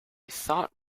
thought